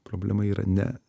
problema yra ne